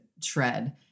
tread